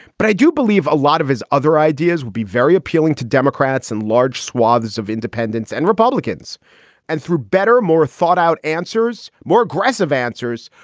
but i do believe a lot of his other ideas would be very appealing to democrats in and large swathes of independents and republicans and through better, more thought out answers, more aggressive answers.